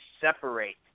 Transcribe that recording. separate